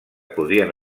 podrien